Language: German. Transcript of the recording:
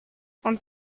und